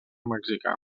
mexicana